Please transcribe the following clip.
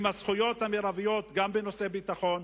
עם הזכויות המרביות גם בנושאי ביטחון,